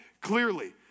clearly